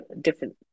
different